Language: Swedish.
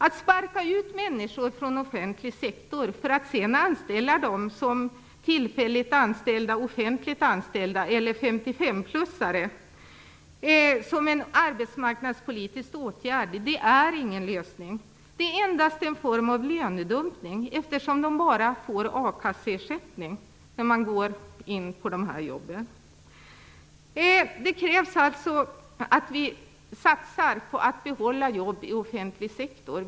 Att sparka ut människor från den offentliga sektorn för att sedan anställa dem som tillfälligt offentliganställda eller 55 plusare som en arbetsmarknadspolitisk åtgärd är ingen lösning. Det är endast en form av lönedumpning, eftersom de bara får a-kasseersättning när de går in på de jobben. Det krävs alltså att vi satsar på att behålla jobb i den offentliga sektorn.